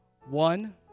One